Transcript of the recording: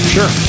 Sure